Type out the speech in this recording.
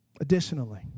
Additionally